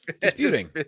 Disputing